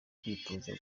kwitoza